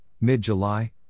mid-July